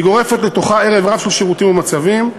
היא גורפת לתוכה ערב-רב של שירותים ומצבים,